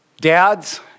Dads